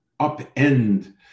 upend